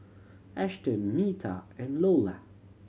Ashton Neta and Iola